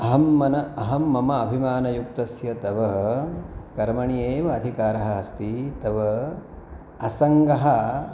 अहं मन मम अभिमानयुक्तस्य तव कर्मणि एव अधिकारः अस्ति तव असङ्गः